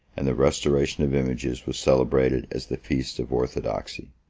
and the restoration of images was celebrated as the feast of orthodoxy.